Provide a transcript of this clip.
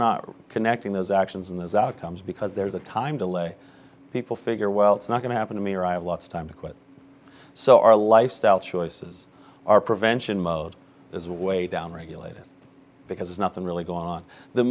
not connecting those actions in those outcomes because there's a time delay people figure well it's not going to happen to me or i have lots of time to quit so our lifestyle choices are prevention mode is way down regulated because nothing really go on the